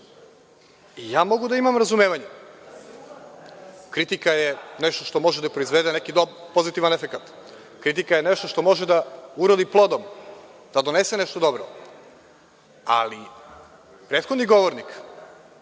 ja mogu da ima razumevanja, kritika je nešto što može da proizvede neki pozitivan efekat. Kritika je nešto što može da urodi plodom, da donese nešto dobro, ali prethodni govornik,